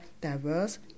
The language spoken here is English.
diverse